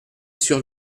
sur